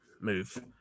move